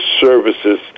services